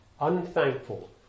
unthankful